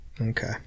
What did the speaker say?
Okay